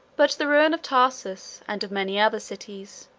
but the ruin of tarsus, and of many other cities,